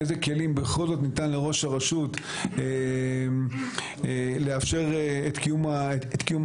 איזה כלים בכל זאת ניתן לראש הרשות לאפשר את קיום המכרזים.